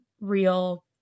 real